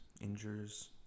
injures